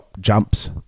jumps